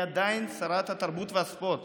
היא עדיין שרת התרבות והספורט,